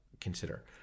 consider